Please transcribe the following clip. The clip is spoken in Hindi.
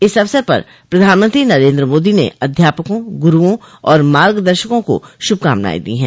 इस अवसर पर प्रधानमंत्री नरेन्द्र मोदी ने अध्यापकों गुरूओं और मार्गदर्शका को शुभकामना दी है